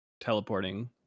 teleporting